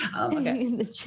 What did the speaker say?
okay